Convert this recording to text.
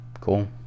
Cool